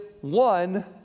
one